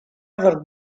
ever